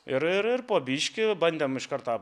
ir ir ir po biškį bandėm iš kart tą